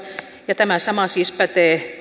ja tämä sama siis pätee